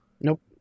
Nope